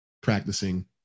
practicing